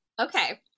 Okay